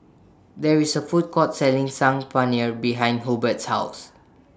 There IS A Food Court Selling Saag Paneer behind Hubert's House